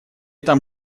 там